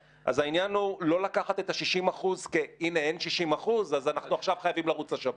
העניין הוא לא לקחת את ה-60% כמספר שאם אין אותו חייבים לרוץ לשב"כ.